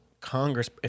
Congress